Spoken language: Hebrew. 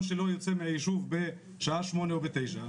שלו יוצא מהיישוב בשעה שמונה או תשע,